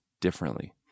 differently